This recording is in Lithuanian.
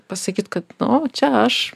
pasakyt kad nu čia aš